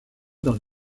dans